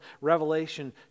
Revelation